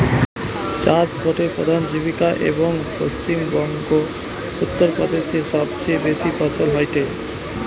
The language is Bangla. চাষ গটে প্রধান জীবিকা, এবং পশ্চিম বংগো, উত্তর প্রদেশে সবচেয়ে বেশি ফলন হয়টে